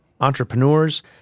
entrepreneurs